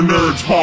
Nerds